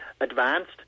advanced